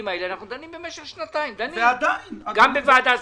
האלה במשך שנתיים - גם בוועדה זמנית,